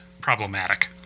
problematic